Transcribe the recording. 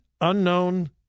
unknown